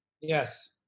Yes